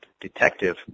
detective